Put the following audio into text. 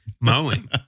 mowing